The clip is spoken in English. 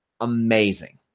amazing